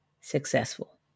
successful